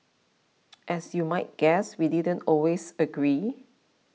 as you might guess we didn't always agree